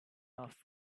off